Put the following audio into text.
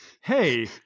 Hey